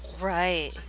Right